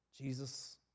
Jesus